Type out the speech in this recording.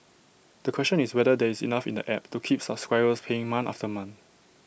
the question is whether there is enough in the app to keep subscribers paying month after month